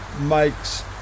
makes